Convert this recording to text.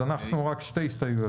אם כן, יש לנו שתי הסתייגויות.